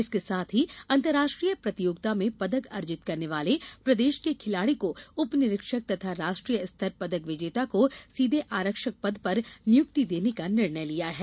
इसके साथ ही अन्तर्राष्ट्रीय प्रतियोगिता में पदक अर्जित करने वाले प्रदेश के खिलाड़ी को उप निरीक्षक तथा राष्ट्रीय स्तर पदक विजेता को सीधे आरक्षक पद पर नियुक्ति देने का निर्णय दिया गया है